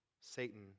Satan